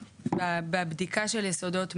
הבדיקה של יסודות מבנה.